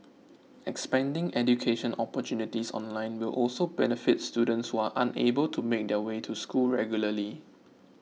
expanding education opportunities online will also benefit students who are unable to make their way to school regularly